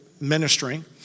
ministering